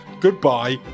goodbye